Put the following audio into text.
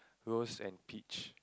roast and peach